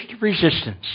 resistance